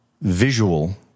visual